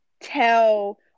tell